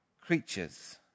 creatures